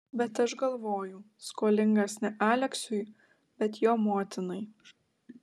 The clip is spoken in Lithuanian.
bet aš galvoju skolingas ne aleksiui bet jo motinai